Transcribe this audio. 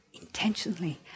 intentionally